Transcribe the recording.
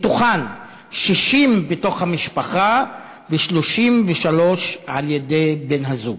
מתוכן 60 בתוך המשפחה ו-33 על-ידי בן-הזוג.